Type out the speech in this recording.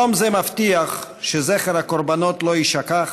יום זה מבטיח שזכר הקורבנות לא יישכח,